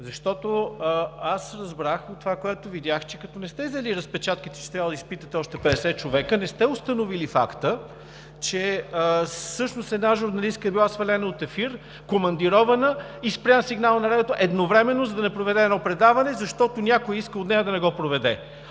Защото разбрах от това, което видях, че като не сте взели разпечатките и трябва да изпитате още 50 човека, не сте установили факта, че всъщност една журналистка е била свалена от ефир, командирована, и спрян сигналът на Радиото – едновременно, за да не се проведе едно предаване, защото някой е искал от нея да не го проведе.